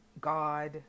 God